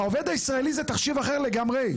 העובד הישראלי זה תחשיב אחר לגמרי.